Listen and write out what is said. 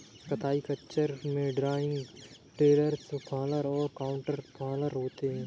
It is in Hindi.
कताई खच्चर में ड्रॉइंग, रोलर्स फॉलर और काउंटर फॉलर होते हैं